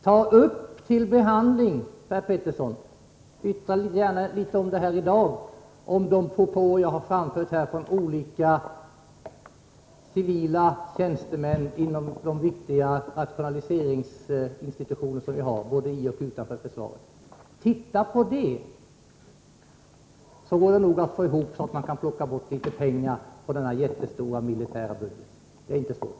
Ta upp de propåer till behandling — och säg gärna litet om det här i dag, Per Petersson — som jag har framfört. De kommer från olika civila tjänstemän inom de viktiga rationaliseringsinstitutioner vi har både i och utanför försvaret. Se över detta så går det nog att plocka bort litet pengar från denna jättestora militära budget — det är inte svårt.